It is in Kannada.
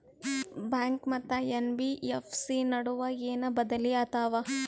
ಬ್ಯಾಂಕು ಮತ್ತ ಎನ್.ಬಿ.ಎಫ್.ಸಿ ನಡುವ ಏನ ಬದಲಿ ಆತವ?